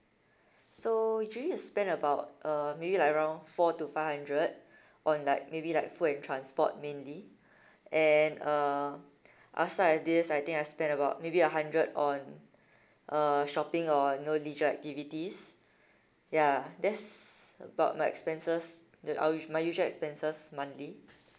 so usually I spend about uh maybe like around four to five hundred on like maybe like food and transport mainly and uh outside of this I think I spend about maybe a hundred on uh shopping or you know leisure activities ya that's about my expenses the ou~ my usual expenses monthly